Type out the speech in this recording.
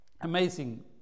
amazing